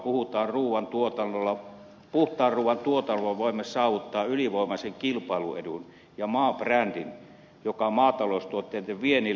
puhtaan ruuan tuotannolla voimme saavuttaa ylivoimaisen kilpailuedun ja maabrändin maataloustuotteiden viennille eurooppaan